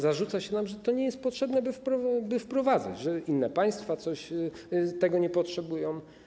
Zarzuca się nam, że nie jest potrzebne, by to wprowadzać, że inne państwa tego nie potrzebują.